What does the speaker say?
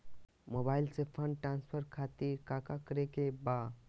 Mobile से fund transfer खातिर काका करे के बा?